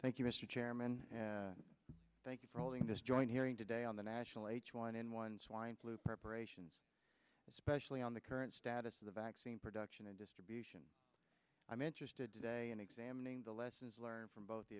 thank you mr chairman thank you for allowing this joint hearing today on the national h one n one swine flu preparations especially on the current status of the vaccine production and distribution i'm interested today in examining the lessons learned from